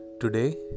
Today